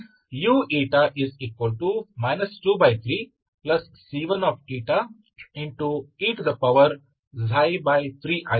तो इसका मतलब है vξη 23C1e3 तो यह वही है जो मैंने v के रूप में पाया vक्या है